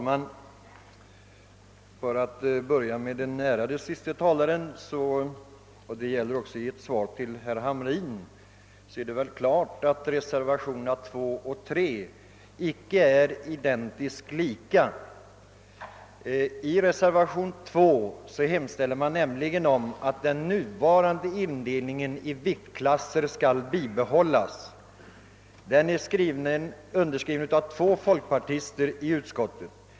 Herr talman! Till den sista ärade talaren och även till herr Hamrin i Kalmar vill jag säga att det väl ändå står klart att reservationerna 2 och 3 icke är identiskt lika. I reservation 2 hemställer man att den nuvarande indelningen i viktklasser skall bibehållas. Den är underskriven av två folkpartis ter i utskottet.